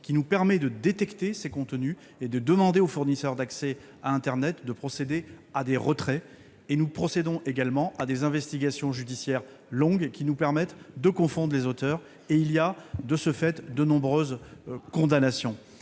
qui nous permet de les détecter et de demander aux fournisseurs d'accès à internet de procéder à des retraits. Nous procédons également à de longues investigations judiciaires qui nous permettent de confondre leurs auteurs ; de ce fait, de nombreuses condamnations